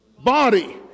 Body